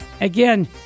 again